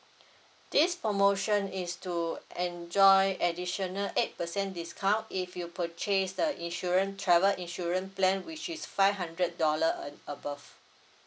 this promotion is to enjoy additional eight percent discount if you purchase the insurance travel insurance plan which is five hundred dollar uh above